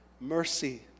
Mercy